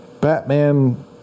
Batman